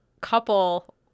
couple